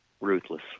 Ruthless